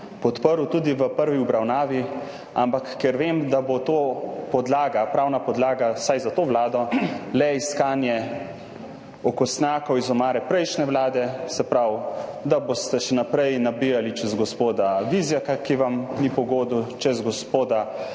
podprl tudi v prvi obravnavi, ampak ker vem, da bo to, vsaj za to vlado, le pravna podlaga za iskanje okostnjakov iz omare prejšnje vlade, se pravi, da boste še naprej nabijali čez gospoda Vizjaka, ki vam ni po godu, čez gospoda